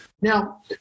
Now